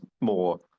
more